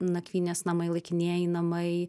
nakvynės namai laikinieji namai